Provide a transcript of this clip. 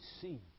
see